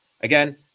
Again